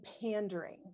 pandering